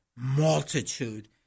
multitude